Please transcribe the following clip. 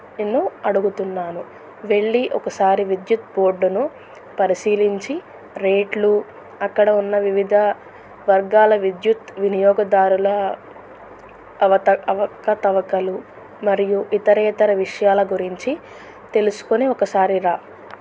నిన్ను అడుగుతున్నాను వెళ్ళి ఒకసారి విద్యుత్ బోర్డును పరిశీలించి రేట్లు అక్కడ ఉన్న వివిధ వర్గాల విద్యుత్ వినియోగదారుల అవత అవకతవకలు మరియు ఇతర ఇతర విషయాల గురించి తెలుసుకొని ఒకసారి రా